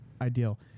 ideal